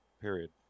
period